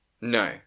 No